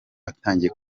atangiye